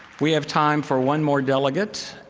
we have time for one more delegate.